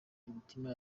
imitima